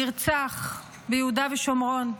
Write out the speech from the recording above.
נרצח ביהודה ושומרון.